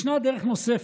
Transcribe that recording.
ישנה דרך נוספת,